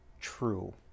true